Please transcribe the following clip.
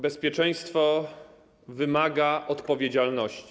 Bezpieczeństwo wymaga odpowiedzialności.